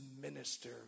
minister